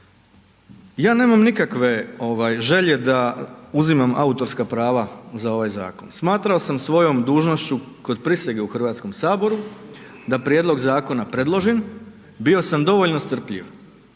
ja nemam nikakve želje da uzimam autorska prava za ovaj zakon, smatrao sam svojom dužnošću kod prisege u Hrvatskom saboru da prijedlog zakona predložim, bio sam dovoljno strpljiv